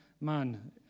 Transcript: man